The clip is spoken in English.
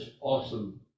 awesome